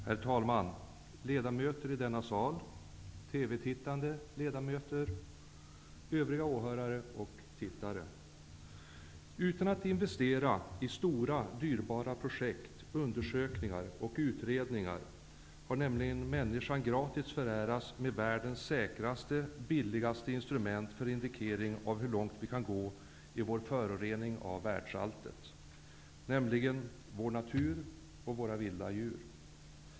Herr talman! Ledamöter i denna sal, TV-tittande ledamöter, övriga åhörare och tittare! Utan att investera i stora dyrbara projekt, undersökningar och utredningar har människan gratis förärats världens säkraste och billigaste instrument för indikering av hur långt vi kan gå i vår förorening av världsaltet, nämligen vår natur och våra vilda djur.